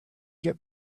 get